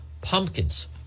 pumpkins